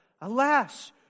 Alas